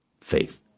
faith